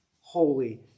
Holy